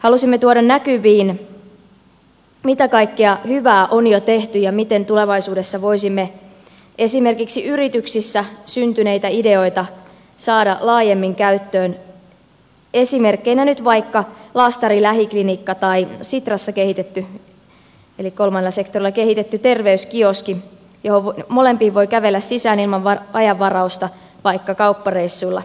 halusimme tuoda näkyviin mitä kaikkea hyvää on jo tehty ja miten tulevaisuudessa voisimme esimerkiksi yrityksissä syntyneitä ideioita saada laajemmin käyttöön esimerkkeinä nyt vaikka laastari lähiklinikka tai sitrassa kehitetty eli kolmannella sektorilla kehitetty terveyskioski joihin molempiin voi kävellä sisään ilman ajanvarausta vaikka kauppareissuilla kätevästi